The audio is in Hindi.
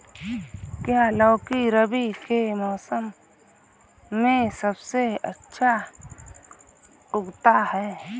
क्या लौकी रबी के मौसम में सबसे अच्छा उगता है?